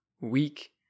weak